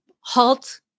halt